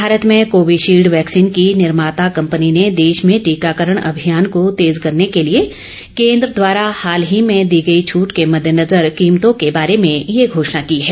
भारत में Covishield vaccine की निर्माता कम्पनी ने देश में टीकाकरण अभियान को तेज करने के लिए केन्द्र द्वारा हाल में दी गई छूट के मद्देनजर कीमतों के बारे में यह घोषणा की है